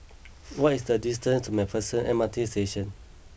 what is the distance to MacPherson M R T Station